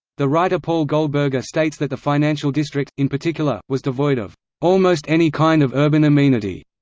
the writer paul goldberger states that the financial district, in particular, was devoid of almost any kind of urban amenity,